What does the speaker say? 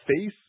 face